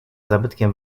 zabytkiem